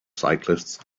cyclists